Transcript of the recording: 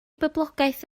boblogaeth